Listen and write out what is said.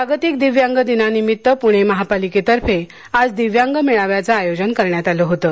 जागतिक दिव्यांग दिनानिमित्त पुणे महापालिकेतर्फे आज दिव्यांग मेळाव्याचं आयोजन करण्यात आलं होतं